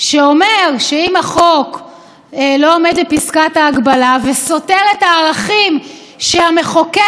שאומר שאם החוק לא עומד בפסקת ההגבלה וסותר את הערכים שהמחוקק קבע,